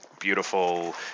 beautiful